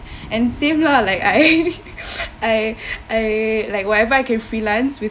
and save lah like I I I like whatever I can freelance with